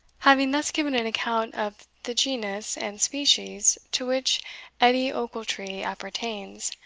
having thus given an account of the genus and species to which edie ochiltree appertains,